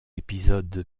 épisode